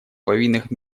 повинных